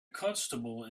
constable